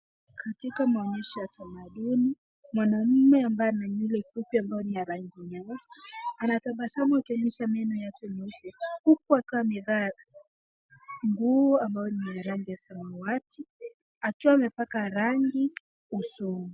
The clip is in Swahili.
Katika maonyesho ya tamaduni mwanamume ambaye ana nywele fupi ambayo ni ya rangi nyeusi, anatabasamu akionyesha meno yake meupe huku akiwa amevaa nguo ambayo ni ya rangi ya samawati akiwa amepaka rangi usoni.